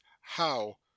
How